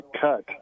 cut